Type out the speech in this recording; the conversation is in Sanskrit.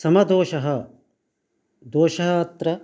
समदोषः दोषः अत्र